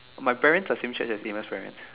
my parent are same Church as me my friend